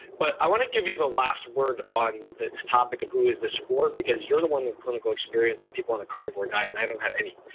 but i want to give you the last word on this topic of who is this for? because you're the one with clinical experience of people on a carnivore diet and i don't have any.